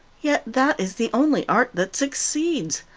yet that is the only art that succeeds.